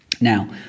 Now